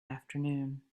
afternoon